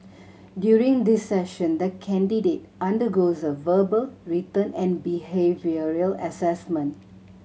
during this session the candidate undergoes a verbal written and behavioural assessment